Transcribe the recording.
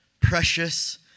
Precious